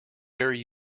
very